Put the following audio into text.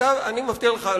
אני מבטיח לך,